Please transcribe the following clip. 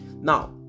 Now